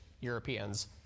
Europeans